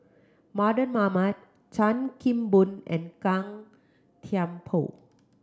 Mardan Mamat Chan Kim Boon and Gan Thiam Poh